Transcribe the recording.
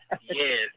Yes